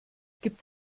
gibt